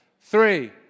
Three